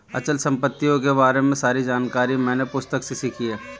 अचल संपत्तियों के बारे में सारी जानकारी मैंने पुस्तक से सीखी है